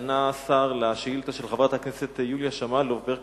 ענה השר על שאילתא של חברת הכנסת יוליה שמאלוב-ברקוביץ